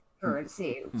currency